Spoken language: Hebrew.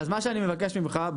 אני מבקש ממך,